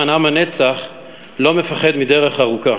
באמרה "עם הנצח לא מפחד מדרך ארוכה".